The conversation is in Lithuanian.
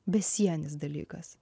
besienis dalykas